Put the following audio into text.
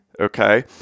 Okay